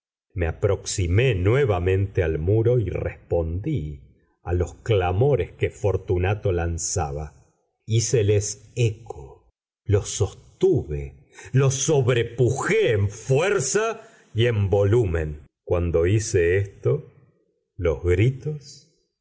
me aproximé nuevamente al muro y respondí a los clamores que fortunato lanzaba híceles eco los sostuve los sobrepujé en fuerza y en volumen cuando hice esto los gritos